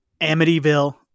Amityville